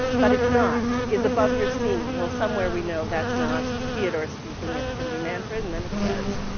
but it's not, is above your seeming well, somewhere we know that's not theodore's speaking, it's going to be manfred, and then it says,